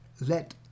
let